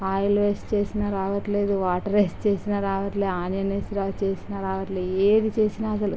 oil వేసి చేసినా రావడంలేదు వాటర్ వేసి చేసినా రావడం లేదు ఆనియన్ వేసి చేసినా రావడం లేదు అసలు ఏది వేసి చేసినా అస్సలు